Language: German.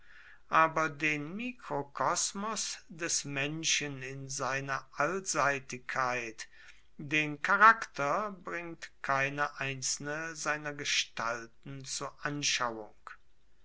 aber den mikrokosmos des menschen in seiner allseitigkeit den charakter bringt keine einzelne seiner gestalten zu anschauung